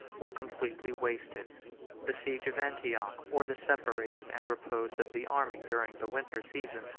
were completely wasted the siege of antioch, or the separation and repose of the army during the winter season,